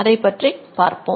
அதை பற்றி நாம் பார்ப்போம்